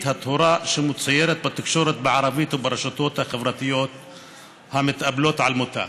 הטהורה שמצוירת בתקשורת בערבית וברשתות החברתיות המתאבלות על מותה.